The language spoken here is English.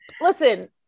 listen